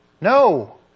No